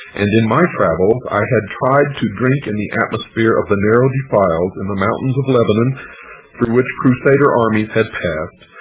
and in my travels i had tried to drink in the atmosphere of the narrow defiles in the mountains of lebanon through which crusader armies had passed,